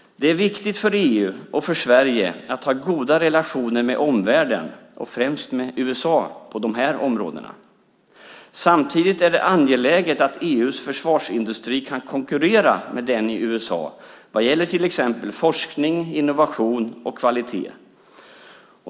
Det är viktigt för EU och för Sverige att ha goda relationer med omvärlden och främst med USA på dessa områden. Samtidigt är det angeläget att EU:s försvarsindustri kan konkurrera med den i USA vad gäller till exempel forskning, innovation och kvalitet.